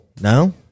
no